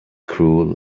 cruel